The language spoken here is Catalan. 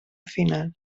final